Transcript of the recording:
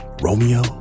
Romeo